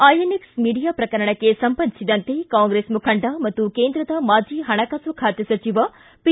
INX media ಪ್ರಕರಣಕ್ಕೆ ಸಂಬಂಧಿಸಿದಂತೆ Congress ಮುಖಂಡ ಮತ್ತು ಕೇಂದ್ರದ ಮಾಜಿ ಪಣಕಾಸು ಖಾತೆ ಸಚಿವ ಪಿ